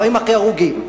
לפעמים אחרי הרוגים,